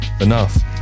enough